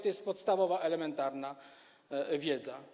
To jest podstawowa, elementarna wiedza.